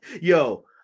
Yo